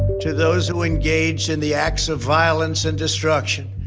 to those who engaged in the acts of violence and destruction,